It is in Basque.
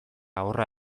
horra